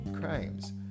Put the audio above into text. crimes